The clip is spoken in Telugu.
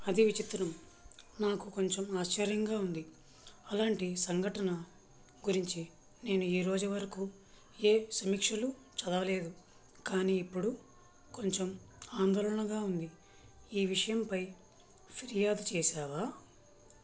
అది విచిత్రం నాకు కొంచెం ఆశ్చర్యంగా ఉంది అలాంటి సంఘటన గురించి నేను ఈ రోజు వరకు ఏ సమీక్షలు చదవలేదు కానీ ఇప్పుడు కొంచెం ఆందోళనగా ఉంది ఈ విషయంపై ఫిర్యాదు చేసావా